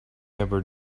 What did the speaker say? ever